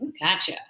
gotcha